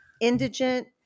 indigent